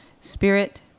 spirit